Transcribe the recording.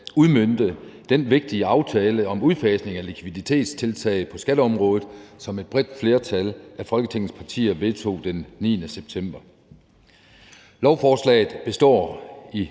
udmønte den vigtige aftale om udfasning af likviditetstiltag på skatteområdet, som et bredt flertal af Folketingets partier vedtog den 9. september. Lovforslaget består